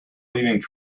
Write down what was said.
leaving